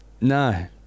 No